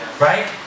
right